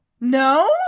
no